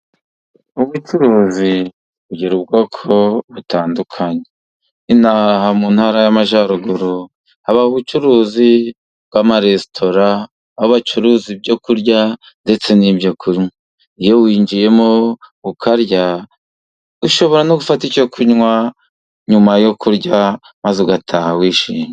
Ubucuruzi bugira ubwoko butandukanye. Ino aha mu ntara y'Amajyaruguru haba ubucuruzi bw'amaresitora, aho bacuruza ibyo kurya ndetse n'ibyo kunywa, iyo winjiyemo ukarya, ushobora gufata icyo kunywa nyuma yo kurya, maze ugataha wishimye.